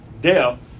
death